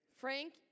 Frank